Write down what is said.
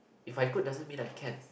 if I could doesn't mean I can